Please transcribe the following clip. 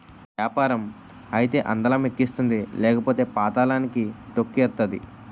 యాపారం అయితే అందలం ఎక్కిస్తుంది లేకపోతే పాతళానికి తొక్కేతాది